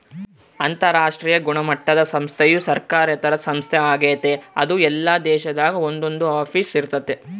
ಅಂತರಾಷ್ಟ್ರೀಯ ಗುಣಮಟ್ಟುದ ಸಂಸ್ಥೆಯು ಸರ್ಕಾರೇತರ ಸಂಸ್ಥೆ ಆಗೆತೆ ಅದು ಎಲ್ಲಾ ದೇಶದಾಗ ಒಂದೊಂದು ಆಫೀಸ್ ಇರ್ತತೆ